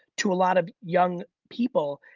to a lot of young people,